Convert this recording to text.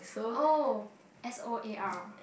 oh S O A R